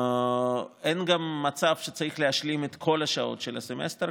אין גם מצב שצריך להשלים את כל השעות של הסמסטר,